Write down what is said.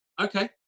Okay